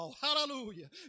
Hallelujah